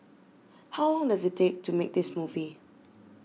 how long does it take to make this movie